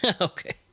Okay